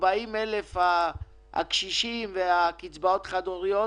40,000 הקשישים והחד הוריות